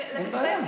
אין בעיה.